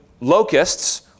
locusts